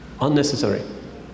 Unnecessary